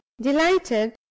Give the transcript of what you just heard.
delighted